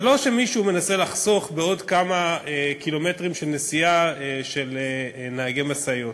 זה לא שמישהו מנסה לחסוך עוד כמה קילומטרים של נסיעה של נהגי משאיות.